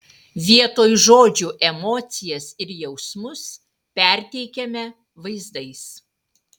vietoj žodžių emocijas ir jausmus perteikiame vaizdais